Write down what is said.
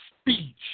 speech